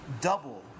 double